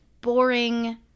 boring